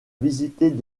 visiter